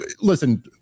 listen –